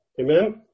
Amen